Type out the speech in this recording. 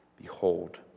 behold